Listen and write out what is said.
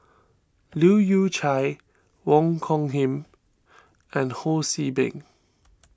Leu Yew Chye Wong Hung Khim and Ho See Beng